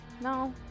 No